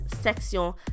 Section